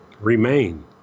remain